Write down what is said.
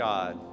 God